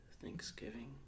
Thanksgiving